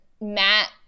Matt